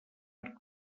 arc